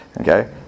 Okay